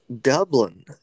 Dublin